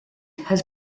has